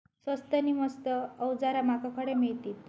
स्वस्त नी मस्त अवजारा माका खडे मिळतीत?